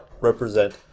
represent